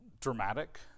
dramatic